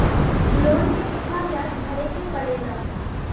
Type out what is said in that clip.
Loan के कितना ब्याज भरे के पड़े ला?